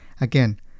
Again